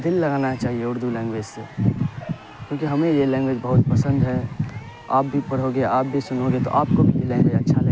دل لگانا چاہیے اردو لینگویج سے کیوںکہ ہمیں یہ لینگویج بہت پسند ہے آپ بھی پڑھوگے آپ بھی سنو گے تو آپ کو بھی یہ لینگویج اچھا لگے گا